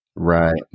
Right